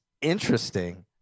interesting